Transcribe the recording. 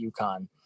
UConn